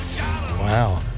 Wow